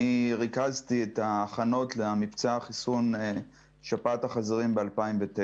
אני ריכזתי את ההכנות למבצע חיסון שפעת החזירים ב-2009,